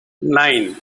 nine